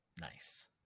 Nice